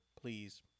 please